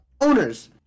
owners